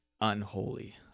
unholy